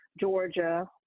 Georgia